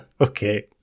Okay